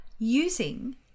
using